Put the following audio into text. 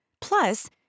Plus